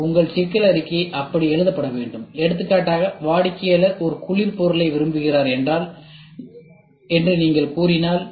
எனவே உங்கள் சிக்கல் அறிக்கை அப்படி எழுதப்பட வேண்டும் எடுத்துக்காட்டாக வாடிக்கையாளர் ஒரு குளிர் பொருளை விரும்புகிறார் என்று நீங்கள் கூறினால்